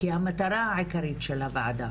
כי המטרה העיקרית של הוועדה,